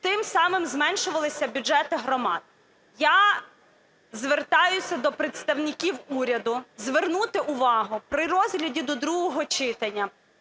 тим самим зменшувалися бюджети громад. Я звертаюся до представників уряду звернути увагу при розгляді до другого читання